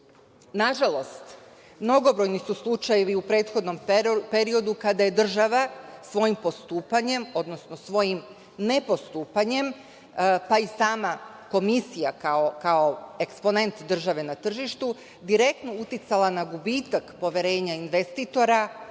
rasta. Nažalost, mnogobrojni su slučajevi u prethodnom periodu kada je država svojim postupanjem, odnosno svojim nepostupanjem, pa i sama Komisija kao eksponent države na tržištu, direktno uticala na gubitak poverenja investitora